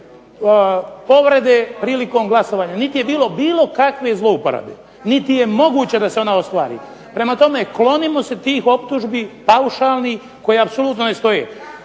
povrede prilikom glasovanja, niti je bilo bilo kakve zlouporabe, niti je moguće da se ona ostvari. Prema tome, klonimo se tih optužbi paušalnih koje apsolutno ne stoje.